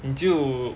你就